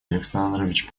александрович